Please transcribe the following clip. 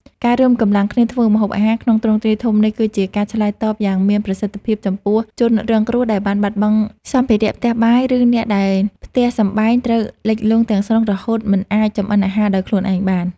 ការរួមកម្លាំងគ្នាធ្វើម្ហូបអាហារក្នុងទ្រង់ទ្រាយធំនេះ គឺជាការឆ្លើយតបយ៉ាងមានប្រសិទ្ធភាពចំពោះជនរងគ្រោះដែលបានបាត់បង់សម្ភារៈផ្ទះបាយ ឬអ្នកដែលផ្ទះសម្បែងត្រូវលិចលង់ទាំងស្រុងរហូតមិនអាចចម្អិនអាហារដោយខ្លួនឯងបាន។